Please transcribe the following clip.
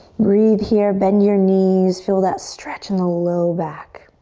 breathe here. bend your knees. feel that stretch in the low back.